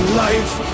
life